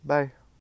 Bye